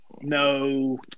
No